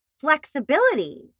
flexibility